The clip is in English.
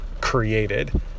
created